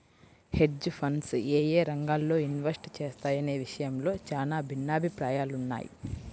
hedge funds యేయే రంగాల్లో invest చేస్తాయనే విషయంలో చానా భిన్నాభిప్రాయాలున్నయ్